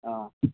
अ